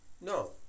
No